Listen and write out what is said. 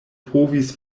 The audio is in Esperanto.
povis